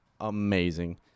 amazing